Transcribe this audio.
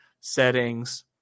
settings